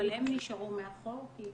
אבל הם נשארו מאחור כי,